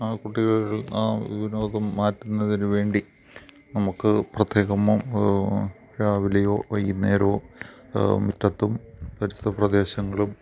ആ കുട്ടികൾ വിനോദം മാറ്റുന്നതിനു വേണ്ടി നമുക്ക് പ്രത്യേകം രാവിലെയോ വൈകുന്നേരോം മുറ്റത്തും പരിസരപ്രദേശങ്ങളിലും